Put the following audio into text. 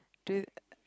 do